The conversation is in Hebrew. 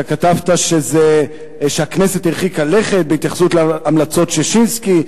אתה כתבת שהכנסת הרחיקה לכת בהתייחסות להמלצות ששינסקי,